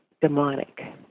demonic